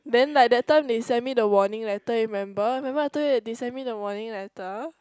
then like that time they send me the warning letter remember remember I told you that they send me the warning letter